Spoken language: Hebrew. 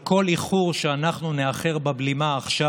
על כל איחור שאנחנו נאחר בבלימה עכשיו,